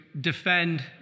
defend